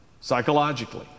psychologically